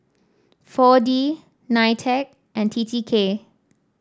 four D Nitec and T T K